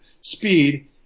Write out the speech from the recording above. speed